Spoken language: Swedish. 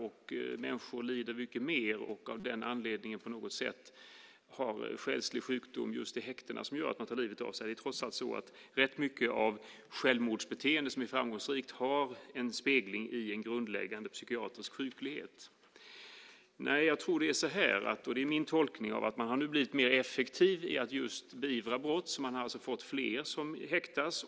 Lider människor mycket mer? Är det själslig sjukdom just i häktena som gör att man tar livet av sig? Trots allt har rätt mycket självmordsbeteende en spegling i en grundläggande psykiatrisk sjuklighet. Nej, min tolkning är att man nu har blivit mer effektiv i att just beivra brott så att fler häktas.